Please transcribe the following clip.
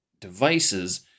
devices